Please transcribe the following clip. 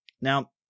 Now